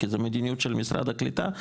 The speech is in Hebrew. כי זו מדיניות של משרד הקליטה.